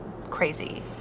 crazy